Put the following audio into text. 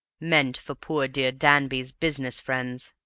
meant for poor dear danby's business friends.